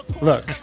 Look